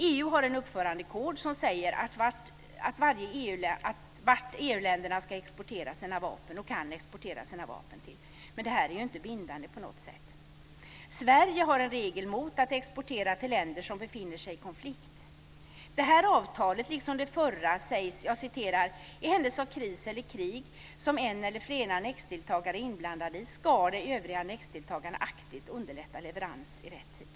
EU har en uppförandekod som säger vart EU-länderna kan exportera sina vapen. Men den är inte på något sätt bindande. Sverige har en regel mot att exportera till länder som befinner sig i konflikt. I detta avtal, liksom det förra, framgår följande: I händelse av kris eller krig som en eller flera annexdeltagare blir inblandade i ska de övriga annexdeltagarna aktivt underlätta leverans i rätt tid.